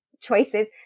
choices